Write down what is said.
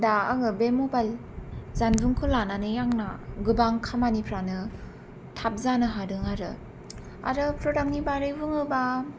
दा आङो बे मबाइल जानबुंखौ लानानै आंना गोबां खामानिफोरानो थाब जानो हादों आरो आरो प्रडाक्टनि बारै बुङोबा